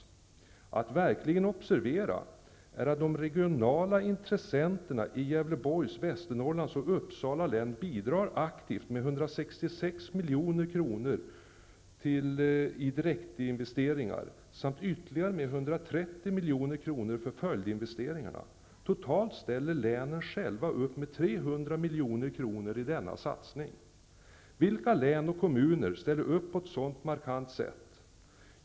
Det är verkligen att observera att de regionala intressenterna i Gävleborgs, Västernorrlands och Uppsala län aktivt bidrar med 166 milj.kr. i direktinvesteringar samt med ytterligare 130 milj.kr. för följdinvesteringarna. Totalt ställer länen själva upp med 300 milj.kr. i fråga om denna satsning. Vilka län och kommuner ställer upp på ett så markant sätt?